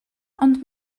ond